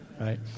right